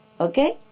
okay